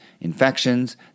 infections